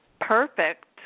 perfect